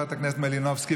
חברת הכנסת מלינובסקי,